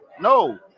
no